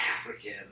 african